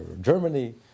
Germany